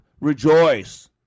Rejoice